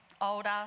older